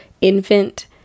infant